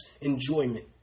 enjoyment